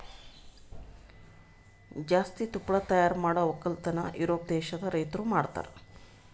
ಜಾಸ್ತಿ ತುಪ್ಪಳ ತೈಯಾರ್ ಮಾಡ್ ಒಕ್ಕಲತನ ಯೂರೋಪ್ ದೇಶದ್ ರೈತುರ್ ಮಾಡ್ತಾರ